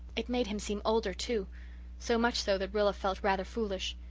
it made him seem older, too so much so that rilla felt rather foolish.